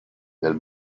del